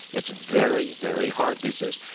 it's very, very hard these days.